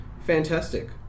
fantastic